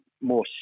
more